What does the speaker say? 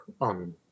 on